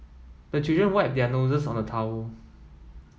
the children wipe their noses on the towel